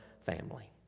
family